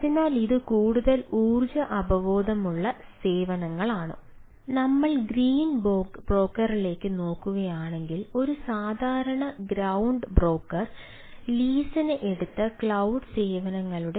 അതിനാൽ ഇത് കൂടുതൽ ഊർജ്ജ അവബോധമുള്ള സേവനങ്ങളാണ്